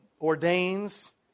ordains